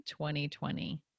2020